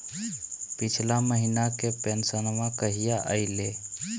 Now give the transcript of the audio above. पिछला महीना के पेंसनमा कहिया आइले?